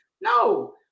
no